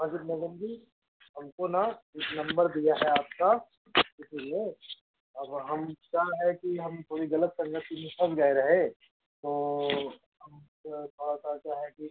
हाँ जी मैडम जी हमको ना एक नंबर दिया है आपका किसी ने अब हम क्या है कि हम थोड़ी ग़लत संगति में फस गए रहे तो हम उसमें फस और क्या है कि